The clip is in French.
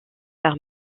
par